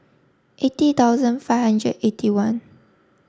eighty thousand five hundred eighty one